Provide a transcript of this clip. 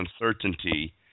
uncertainty